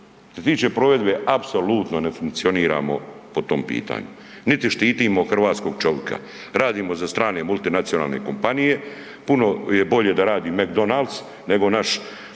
se tiče provedbe apsolutno ne funkcioniramo po tom pitanju, niti štitimo hrvatskog čovjeka, radimo za strane multinacionalne kompanije, puno je bolje radi McDonalds nego naš